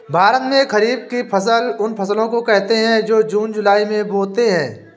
भारत में खरीफ की फसल उन फसलों को कहते है जो जून जुलाई में बोते है